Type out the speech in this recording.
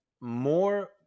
more